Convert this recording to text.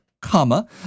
comma